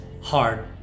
hard